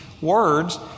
words